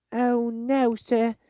oh no, sir!